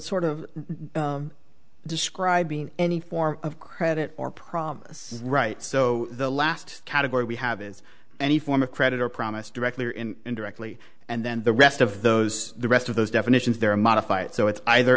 sort of describing any form of credit or promise right so the last category we have is any form of credit or promise directly or in indirectly and then the rest of those the rest of those definitions there modify it so it's either